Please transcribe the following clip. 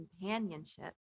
companionship